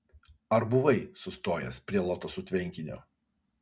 ar buvai sustojęs prie lotosų tvenkinio